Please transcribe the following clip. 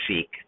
seek